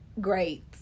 great